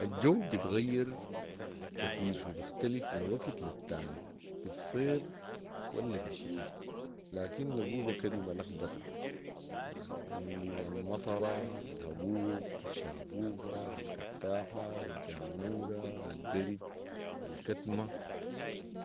الجو بيتغير كتير وبختلف من وكت للتاني ، في الصيف ولا في الشتاء ، لكن نقولها كدي ملخبطه يعني المطره ،الهبوب ،الشهفوفه الكتاحه ،الجهموره ،البرد ،الكتمه